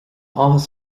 áthas